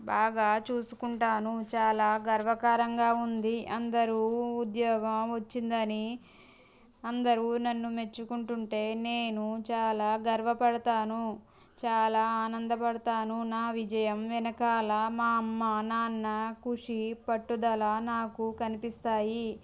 బాగా చూసుకుంటాను చాలా గర్వకారంగా ఉంది అందరూ ఉద్యోగం వచ్చిందని అందరూ నన్ను మెచ్చుకుంటుంటే నేను చాలా గర్వపడతాను చాలా ఆనందపడతాను నా విజయం వెనకాల మా అమ్మ నాన్న కృషి పట్టుదల నాకు కనిపిస్తాయి